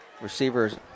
receivers